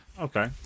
Okay